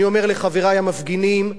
אני אומר לחברי המפגינים: